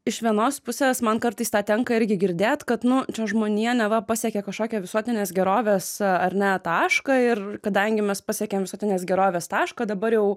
iš vienos pusės man kartais tą tenka irgi girdėt kad nu čia žmonija neva pasiekė kažkokią visuotinės gerovės ar ne tašką ir kadangi mes pasiekėm visuotinės gerovės tašką dabar jau